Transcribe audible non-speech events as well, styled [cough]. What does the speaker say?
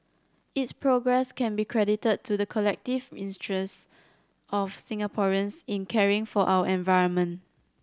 its progress can be credited to the collective [unintelligible] of Singaporeans in caring for our environment